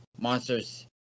monsters